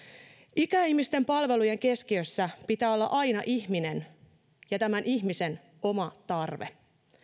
ikäihmisten palvelujen keskiössä pitää olla aina ihminen ja tämän ihmisen oma tarve